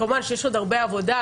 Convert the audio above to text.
כמובן שיש עוד הרבה עבודה,